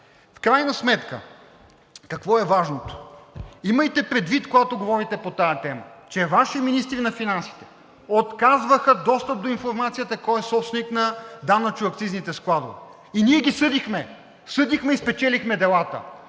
В крайна сметка какво е важното? Имайте предвид, когато говорите по тази тема, че Ваши министри на финансите отказваха достъп до информацията кой е собственик на данъчно-акцизните складове и ние ги съдихме. Съдихме ги и спечелихме делата.